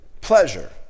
pleasure